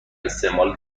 استعمال